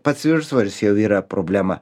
pats viršsvoris jau yra problema